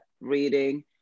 reading